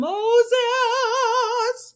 Moses